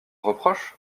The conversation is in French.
reproche